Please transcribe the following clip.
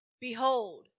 Behold